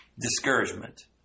discouragement